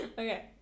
okay